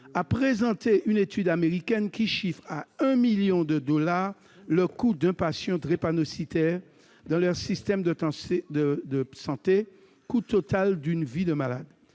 a présenté une étude américaine chiffrant à 1 million de dollars le coût d'un patient drépanocytaire- dans leur système de santé, c'est le coût total d'une vie de malade.